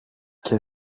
και